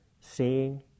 Seeing